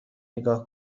نگاه